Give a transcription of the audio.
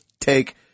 take